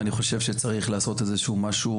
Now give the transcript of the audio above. ואני חושב שצריך לעשות איזשהו משהו